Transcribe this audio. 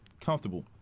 comfortable